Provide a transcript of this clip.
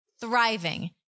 thriving